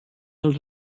els